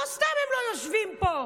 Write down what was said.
לא סתם הם לא יושבים פה,